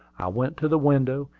i went to the window,